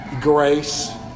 grace